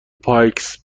پایکس